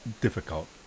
difficult